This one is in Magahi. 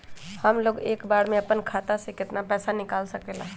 हमलोग एक बार में अपना खाता से केतना पैसा निकाल सकेला?